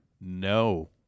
No